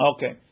Okay